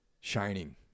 shining